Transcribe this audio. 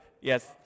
Yes